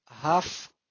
half